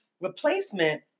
replacement